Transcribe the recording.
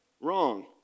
Wrong